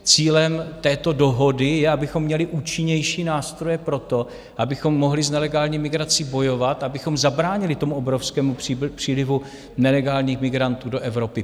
Cílem této dohody je, abychom měli účinnější nástroje pro to, abychom mohli s nelegální migrací bojovat, abychom zabránili obrovskému přílivu nelegálních migrantů do Evropy.